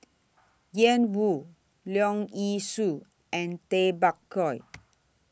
Ian Woo Leong Yee Soo and Tay Bak Koi